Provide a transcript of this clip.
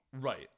Right